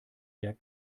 der